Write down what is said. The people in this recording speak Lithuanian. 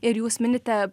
ir jūs minite